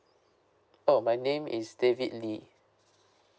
oh my name is david lee